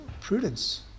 prudence